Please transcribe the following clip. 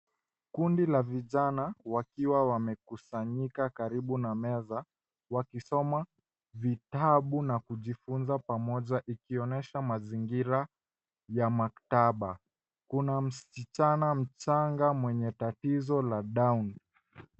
Kundi la vijana wakiwa wamekusanyika karibu na meza, wakisoma vitabu na kujifunza pamoja, ikionesha mazingira ya maktaba. Kuna msichana mchanga mwenye tatizo la down .